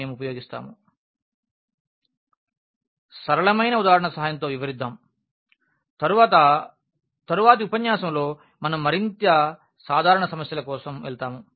దీనిని సరళమైన ఉదాహరణ సహాయంతో వివరిద్దాం తరువాత ఉపన్యాసంలో మనం మరింత సాధారణ సమస్యల కోసం వెళ్తాము